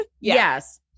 Yes